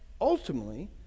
ultimately